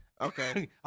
Okay